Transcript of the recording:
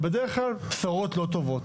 בדרך כלל אלה בשורות לא טובות.